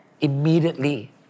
immediately